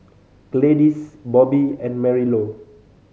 Gladyce Bobby and Marilou